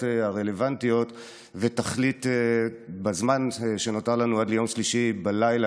הרלוונטיות ותחליט בזמן שנותר לנו עד ליום שלישי בלילה,